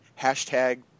hashtag